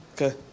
okay